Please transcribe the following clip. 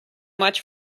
much